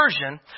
version